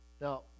now